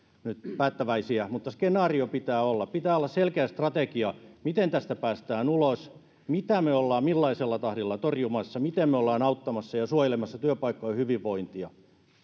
nyt päättäväisiä skenaario pitää olla pitää olla selkeä strategia miten tästä päästään ulos mitä me olemme ja millaisella tahdilla torjumassa miten me olemme auttamassa ja suojelemassa työpaikkojen hyvinvointia